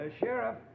Sheriff